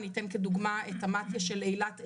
אני אתן כדוגמא את המתי"א של אילת אילות,